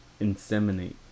inseminate